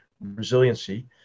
resiliency